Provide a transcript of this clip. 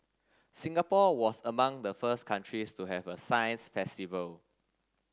Singapore was among the first countries to have a science festival